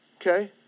okay